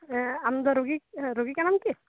ᱮᱸᱜ ᱟᱢ ᱫᱚ ᱨᱩᱜᱤ ᱨᱩᱜᱤ ᱠᱟᱱᱟᱢ ᱠᱤ